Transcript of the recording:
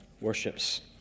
worships